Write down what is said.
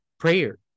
Prayer